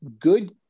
good